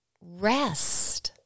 rest